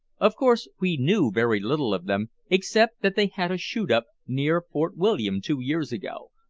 of course, we knew very little of them, except that they had a shoot up near fort william two years ago,